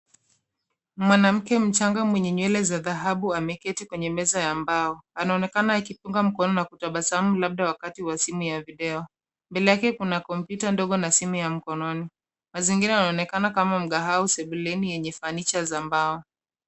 Mwanamke mchanga mwenye nywele za dhahabu ameketi kwenye meza ya mbao. Anaonekana akipunga mkono na kutabasamu labda wakati wa simu ya video. Mbele yake kuna kompyuta ndogo na simu ya mkononi. Mazingira yanaonekana kama mgahawa au sebuleni yenye fanicha za mbao